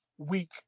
weak